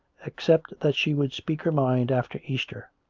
except that she would speak her mind after easter,